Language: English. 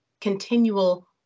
continual